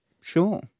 Sure